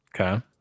Okay